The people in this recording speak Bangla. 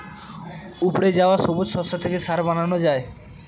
উপড়ে যাওয়া সবুজ শস্য থেকে সার বানানো হয়